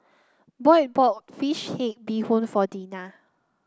Boy bought fish head Bee Hoon for Deena